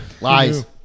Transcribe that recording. Lies